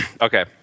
Okay